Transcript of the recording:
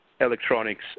electronics